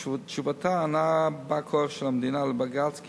בתשובתה ענה בא-כוח המדינה לבג"ץ כי